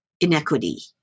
inequity